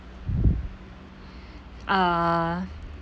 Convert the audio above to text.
uh